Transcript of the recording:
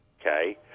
okay